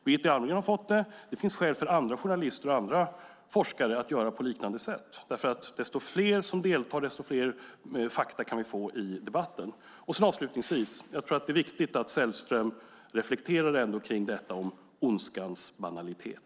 Birgitta Almgren har fått det, och det finns skäl för andra forskare och journalister att göra på liknande sätt. Ju fler som deltar, desto fler fakta kan vi få i debatten. Avslutningsvis tror jag att det är viktigt att Sällström reflekterar kring detta om ondskans banalitet.